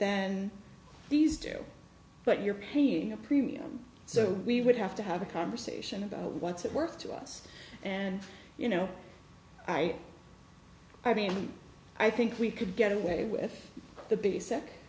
than these do but you're paying a premium so we would have to have a conversation about what's it worth to us and you know i i mean i think we could get away with the b